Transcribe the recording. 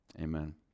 Amen